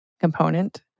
component